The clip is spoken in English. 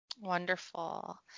Wonderful